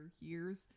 years